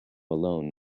alone